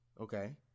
Okay